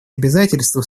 обязательство